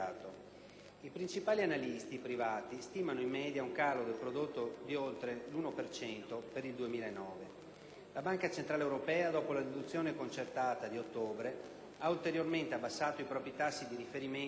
I principali analisti privati stimano in media un calo del prodotto di oltre l'1 per cento per il 2009. La Banca centrale europea, dopo la riduzione concertata di ottobre, ha ulteriormente abbassato i propri tassi di riferimento,